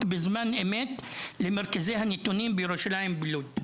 בזמן אמת למרכזי הנתונים בירושלים ובלוד.